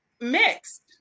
mixed